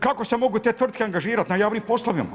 Kako se mogu te tvrtke angažirat na javnim poslovima?